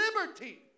liberty